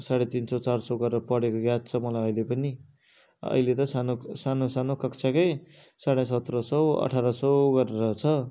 साढे तिन सय चार सय गरेर पढेको याद छ मलाई अहिले पनि अहिले त सानो सानो सानो कक्षाकै साढे सत्र सय अठार सय गरेर छ